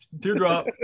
teardrop